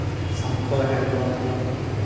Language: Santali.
ᱥᱚᱝᱠᱷᱚ ᱦᱮᱢᱵᱨᱚᱢ